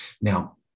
Now